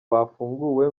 bafunguwe